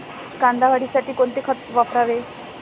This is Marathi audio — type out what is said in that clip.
कांदा वाढीसाठी कोणते खत वापरावे?